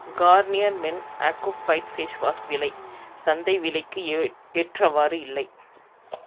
Garnier men acno fight facewash விலை சந்தை விலைக்கு ஏற்றவாறு இல்லை